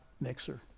mixer